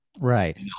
Right